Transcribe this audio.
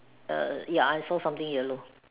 err ya I saw something yellow